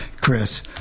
Chris